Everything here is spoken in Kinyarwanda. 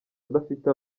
adafite